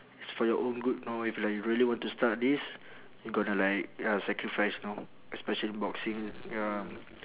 it's for your own good know if like really want to start this you gonna like ya sacrifice know especially in boxing ya